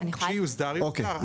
כשיוסדר יוסדר.